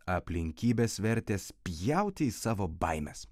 aplinkybės vertė spjauti į savo baimes